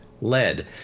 lead